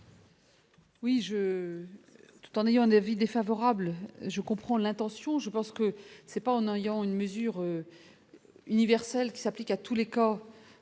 Oui je tout en ayant un avis défavorable je comprends l'intention, je pense que c'est pas en ayant une mesure universel qui s'applique à tous les cas,